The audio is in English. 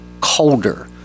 colder